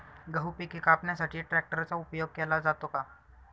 गहू पिके कापण्यासाठी ट्रॅक्टरचा उपयोग केला जातो का?